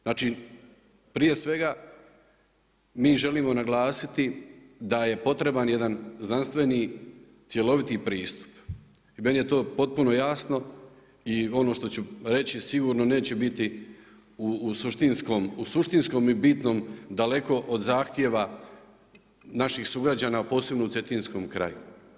Znači, prije svega mi želimo naglasiti da je potreban jedan znanstveni cjeloviti pristup i meni je to potpuno jasno i ono što ću reći sigurno neće biti u suštinskom i bitnom daleko od zahtjeva naših sugrađana, posebno u cetinskom kraju.